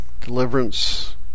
deliverance